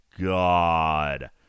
god